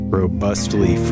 robustly